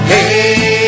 Hey